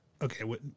Okay